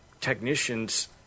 technicians